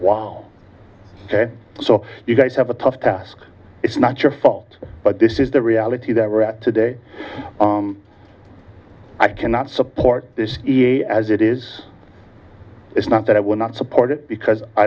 wow so you guys have a tough task it's not your fault but this is the reality that we're at today i cannot support this as it is it's not that i would not support it because i